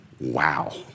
Wow